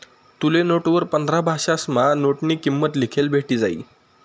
तुले नोटवर पंधरा भाषासमा नोटनी किंमत लिखेल भेटी जायी